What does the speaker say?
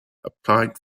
applied